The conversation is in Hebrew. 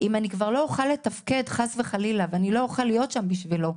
אם חס וחלילה אני לא אוכל לתפקד ולהיות שם בשבילו,